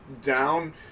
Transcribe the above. down